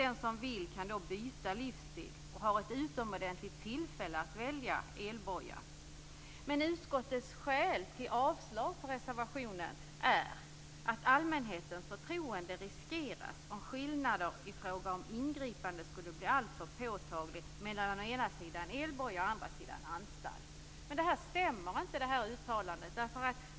Den som vill kan byta livsstil och har ett utomordentligt tillfälle att välja elboja. Utskottets skäl till avslag på reservationen är att allmänhetens förtroende riskeras om skillnader i fråga om ingripande skulle bli alltför påtaglig mellan å ena sidan elboja, å andra sidan anstalt. Det här uttalandet stämmer inte.